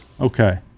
okay